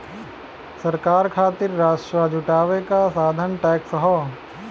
सरकार खातिर राजस्व जुटावे क साधन टैक्स हौ